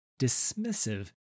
dismissive